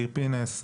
יאיר פינס,